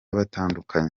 batandukanye